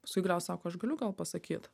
paskui galiausiai sako aš galiu gal pasakyt